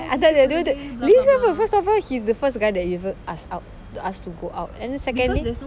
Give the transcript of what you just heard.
listen first stop first he's the first guy that you've ever asked out to ask to go out and then secondly